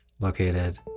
located